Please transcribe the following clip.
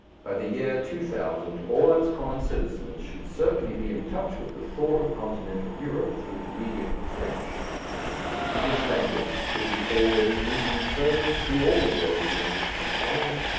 by the year two thousand all its common citizens should certainly be in touch with the thought of continental europe through the medium of french its english language should be already rooting firmly through all the world beyond its confines,